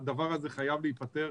הדבר הזה חייב להיפתר.